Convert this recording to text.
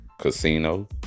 Casino